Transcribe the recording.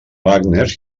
wagner